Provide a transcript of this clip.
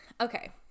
okay